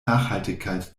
nachhaltigkeit